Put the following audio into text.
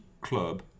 club